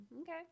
Okay